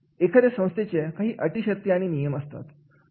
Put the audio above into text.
एखाद्या संस्थेचे काही अटी शर्ती आणि नियम असतात